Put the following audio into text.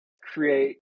create